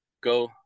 go